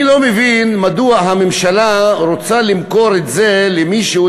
אני לא מבין מדוע הממשלה רוצה למכור את זה למישהו,